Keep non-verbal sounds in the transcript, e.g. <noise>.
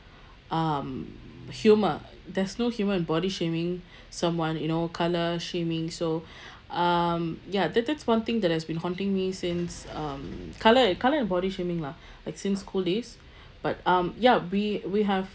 um humour there's no humour in body shaming <breath> someone you know colour shaming so <breath> um ya that that's one thing that has been haunting me since um colour and colour and body shaming lah <breath> like since school days but um yup we we have